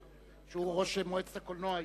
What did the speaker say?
שהוא ראש מועצת הקולנוע היום,